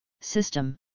system